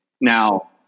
Now